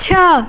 छः